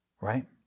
right